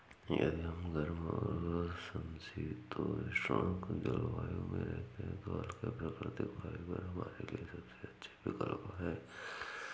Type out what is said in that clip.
यदि हम गर्म और समशीतोष्ण जलवायु में रहते हैं तो हल्के, प्राकृतिक फाइबर हमारे लिए सबसे अच्छे विकल्प हैं